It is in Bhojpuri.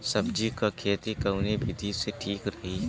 सब्जी क खेती कऊन विधि ठीक रही?